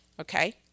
okay